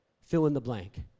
fill-in-the-blank